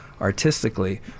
artistically